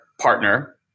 partner